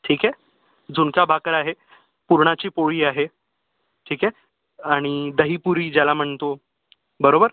ठीक आहे झुणका भाकर आहे पुरणाची पोळी आहे ठीक आहे आणि दही पुरी ज्याला म्हणतो बरोबर